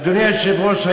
אדוני היושב-ראש,